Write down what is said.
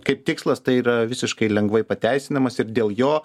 kaip tikslas tai yra visiškai lengvai pateisinamas ir dėl jo